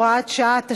הוראת שעה),